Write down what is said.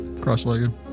cross-legged